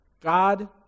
God